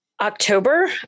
October